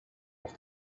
off